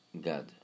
God